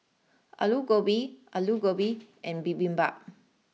Alu Gobi Alu Gobi and Bibimbap